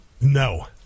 no